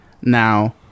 now